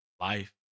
life